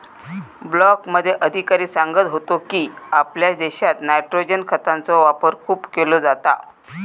ब्लॉकमध्ये अधिकारी सांगत होतो की, आपल्या देशात नायट्रोजन खतांचो वापर खूप केलो जाता